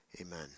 amen